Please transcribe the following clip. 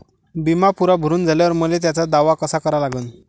बिमा पुरा भरून झाल्यावर मले त्याचा दावा कसा करा लागन?